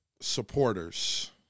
supporters